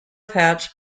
hatch